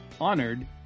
honored